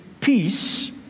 peace